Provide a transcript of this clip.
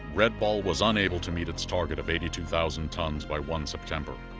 red ball was unable to meet its target of eighty-two thousand tons by one september.